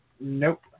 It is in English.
Nope